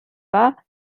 war